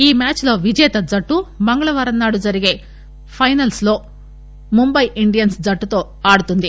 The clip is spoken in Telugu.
ఈ మ్యాచ్ లో విజేత జట్టు మంగళవారం జరిగే పైనల్ లో ముంబై ఇండియన్స్ జట్టుతో ఆడనుంది